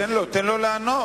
תן לו לענות.